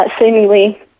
seemingly